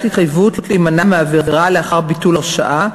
התחייבות להימנע מעבירה לאחר ביטול הרשעה),